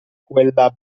quella